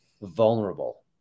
vulnerable